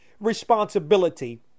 responsibility